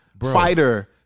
Fighter